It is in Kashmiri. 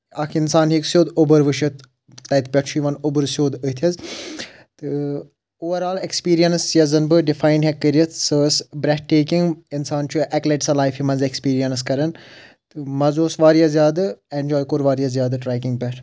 اکھ اِنسان ہیٚکہِ سیٚود اوٚبُر وٕچھِتھ تَتہِ پؠٹھ چھُ یِوَان اوٚبُر سیٚود أتھۍ حظ تہٕ اوٚوَرآل ایٚکسپیٖریَنٕس یۄس زَن بہٕ ڈِفایِن ہیٚکہٕ کٔرِتھ سۄ ٲس برٛؠتھ ٹریکِنٛگ اِنسان چھُ اَکہِ لَٹہِ سۄ لایفہِ منٛز ایٚکٕسپیٖریَنٕس کَران تہٕ مَزٕ اوس واریاہ زیادٕ اؠنجاے کوٚر واریاہ زیادٕ ٹریکِنٛگ پؠٹھ